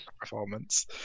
performance